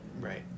right